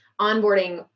onboarding